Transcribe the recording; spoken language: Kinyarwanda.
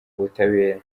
ubutabera